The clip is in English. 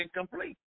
incomplete